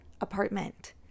apartment